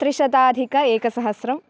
त्रिशताधिक एकसहस्रम्